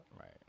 Right